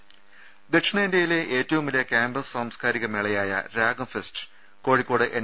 ദർവ്വെട്ടറ ദക്ഷിണേന്തൃയിലെ ഏറ്റവും വലിയ കൃാമ്പസ് സാംസ്കാരിക മേളയായ രാഗം ഫെസ്റ്റ് കോഴിക്കോട് എൻ